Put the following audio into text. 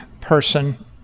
person